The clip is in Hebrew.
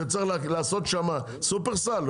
שצריך לעשות שם שופרסל?